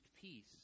peace